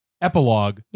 epilogue